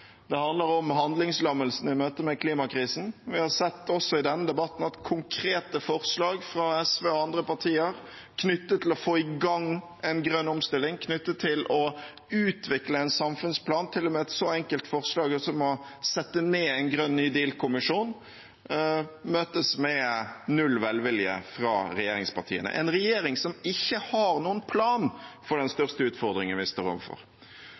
Det handler om handlingslammelsen i møte med klimakrisen. Vi har sett også i denne debatten at konkrete forslag, fra SV og andre partier, knyttet til å få i gang en grønn omstilling, knyttet til å utvikle en samfunnsplan – til og med et så enkelt forslag som å sette ned en grønn ny deal-kommisjon – møtes med null velvilje fra regjeringspartiene. Det er en regjering som ikke har noen plan for den største utfordringen vi står overfor.